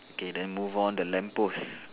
okay then move on the lamppost